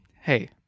Hey